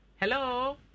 Hello